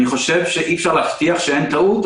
אני חושב שאי אפשר להבטיח שאין טעות,